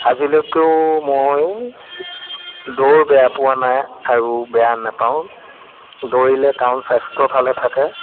আজিলৈকেও মই দৌৰ বেয়া পোৱা নাই আৰু বেয়া নেপাওঁ দৌৰিলে কাৰণ স্বাস্থ্য ভালে থাকে